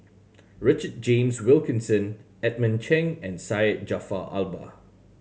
Richard James Wilkinson Edmund Cheng and Syed Jaafar Albar